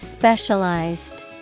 Specialized